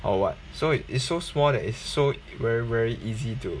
or what so it is so small that is so very very easy to